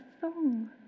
song